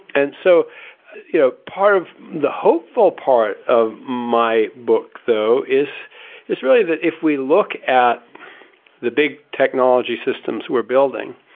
and so you know part of the hopeful part of my book though is is really that if we look at the big technology systems we're building,